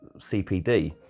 CPD